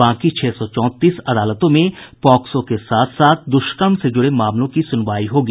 बाकी छह सौ चौंतीस अदालतों में पॉक्सों के साथ साथ द्रष्कर्म से जुड़े मामलों की सुनवाई होगी